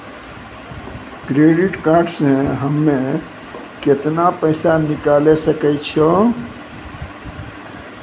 Credit card से हम्मे केतना पैसा निकाले सकै छौ?